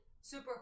super